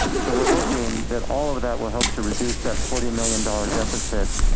so we're hoping that all of that will help to reduce that forty million dollars deficit